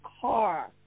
car